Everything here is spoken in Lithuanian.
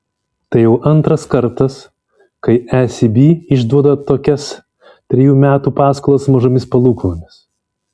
tai jau antras kartas kai ecb išduoda tokias trejų metų paskolas mažomis palūkanomis